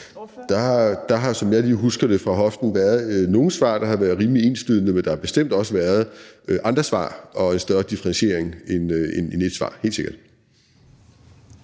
Der har, som jeg lige husker det – og det er et skud fra hoften – været nogle svar, der har været rimelig enslydende, men der har bestemt også været andre svar og af større differentiering end ét svar, helt sikkert.